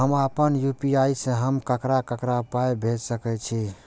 हम आपन यू.पी.आई से हम ककरा ककरा पाय भेज सकै छीयै?